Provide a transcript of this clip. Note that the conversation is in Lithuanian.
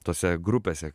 tose grupėse